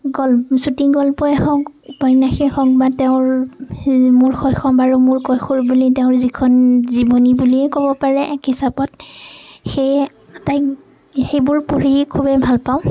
গল চুটি গল্পই হওঁক উপন্যাসেই হওঁক বা তেওঁৰ মোৰ শৈশৱ আৰু মোৰ কৈশোৰ বুলি তেওঁৰ যিখন জীৱনী বুলিয়েই ক'ব পাৰে এক হিচাপত সেই আটাই সেইবোৰ পঢ়ি খুবেই ভাল পাওঁ